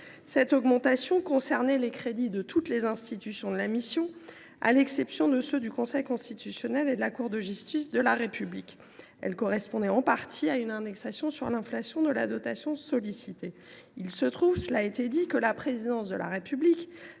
Cette augmentation profitait à toutes les institutions de la mission, à l’exception du Conseil constitutionnel et de la Cour de justice de la République. Elle correspondait en partie à une indexation sur l’inflation de la dotation sollicitée. Il a été rappelé que la Présidence de la République,